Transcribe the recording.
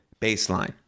baseline